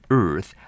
earth